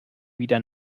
wieder